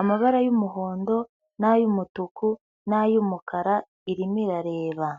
amabara y'umuhondo, n'ay'umutuku, n'ay'umukara, irimo irareba.